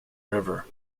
river